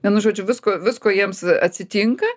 vienu žodžiu visko visko jiems atsitinka